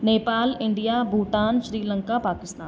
Nepal India Bhutan Sri Lanka Pakistan